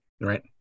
Right